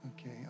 Okay